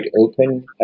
open